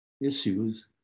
issues